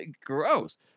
gross